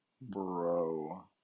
bro